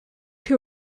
two